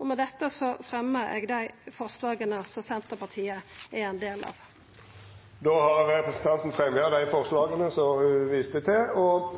Med dette fremjar eg dei forslaga som Senterpartiet har saman med Sosialistisk Venstreparti, og dei vi har åleine. Då har representanten Kjersti Toppe teke opp dei forslaga ho viste til. Situasjonen ved fødeavdelingen i Kristiansund var slik at det endelig var ro og